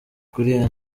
kuli